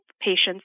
patients